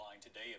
today